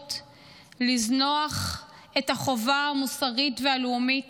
הזכות לזנוח את החובה המוסרית והלאומית